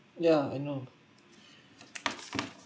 yeah I know